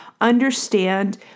Understand